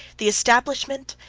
the establishment,